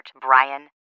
Brian